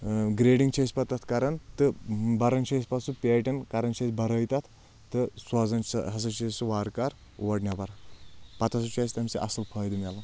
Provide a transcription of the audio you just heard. grading چھِ أسۍ پتہٕ تتھ کران تہٕ بران چھِ أسۍ پتہٕ سُہ پیٹؠن کران چھِ أسۍ برٲے تتھ تہٕ سوزان چھِ ہسا چھِ أسۍ سُہ وارٕ کارٕ اور نؠبر پتہٕ ہسا چھُ اَسہِ تَمہِ سۭتۍ اَصٕل فٲیدٕ میلان